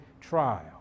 trial